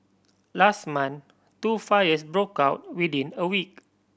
last month two fires broke out within a week